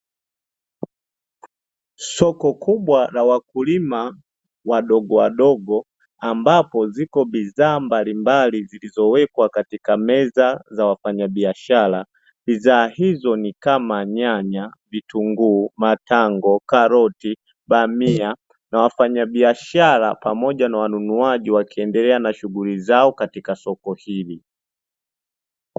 Soko kubwa la wakulima wadogo wadogo ambapo ziko bidhaa mbalimbali zilizowekwa katika meza za wafanyabiashara bidhaa hizo ni kama; nyanya, vitunguu, matango, karoti, bamia na wafanyabiashara pamoja na wanunuaji wakiendelea na shughuli zao katika soko hili.